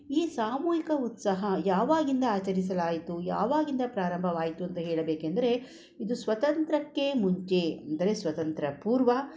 ಈ ಸಾಮೂಹಿಕ ಉತ್ಸವ ಯಾವಾಗಿಂದ ಆಚರಿಸಲಾಯಿತು ಯಾವಾಗಿಂದ ಪ್ರಾರಂಬವಾಯಿತು ಅಂತ ಹೇಳಬೇಕೆಂದರೆ ಇದು ಸ್ವತಂತ್ರಕ್ಕೆ ಮುಂಚೆ ಅಂದರೆ ಸ್ವತಂತ್ರ ಪೂರ್ವ